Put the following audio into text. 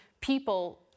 people